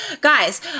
guys